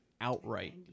outright